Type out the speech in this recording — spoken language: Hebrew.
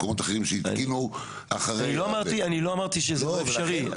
מקומות שבהם התקינו אחרי ה --- אני לא אמרתי שזה לא אפשרי.